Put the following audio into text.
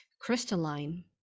crystalline